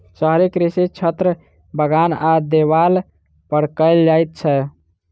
शहरी कृषि छत, बगान आ देबाल पर कयल जाइत छै